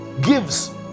gives